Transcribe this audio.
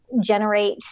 generate